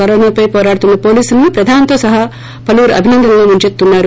కరోనాపై పోరాడుతున్న పోలీసులను ప్రధానితొ సహా పలువురు అభినంధనలతో ముంచెతున్నారు